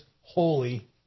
holy